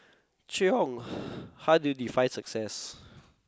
Choi-Hong how do you define success